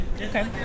Okay